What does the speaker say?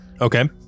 Okay